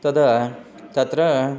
तद् तत्र